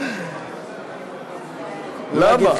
למה?